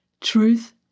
truth